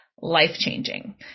life-changing